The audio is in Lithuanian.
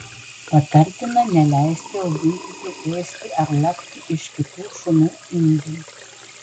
patartina neleisti augintiniui ėsti ar lakti iš kitų šunų indų